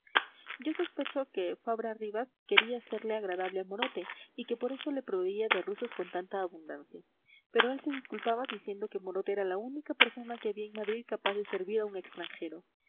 yo sospecho que fabra ribas quería serle agradable a morote y que por eso le proveía de rusos con tanta abundancia pero él se disculpaba diciendo que morote era la única persona que había en madrid capaz de servir a un extranjero